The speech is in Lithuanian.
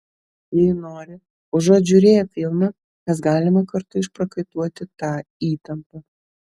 jei nori užuot žiūrėję filmą mes galime kartu išprakaituoti tą įtampą